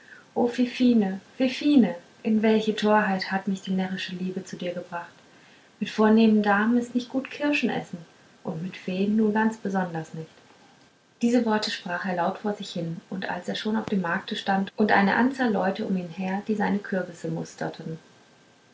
fifine fifine in welche torheit hat mich die närrische liebe zu dir gebracht mit vornehmen damen ist nicht gut kirschen essen und mit feen nun ganz besonders nicht diese worte sprach er laut vor sich hin als er schon auf dem markte stand und eine anzahl leute um ihn her die seine kürbisse musterten